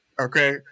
okay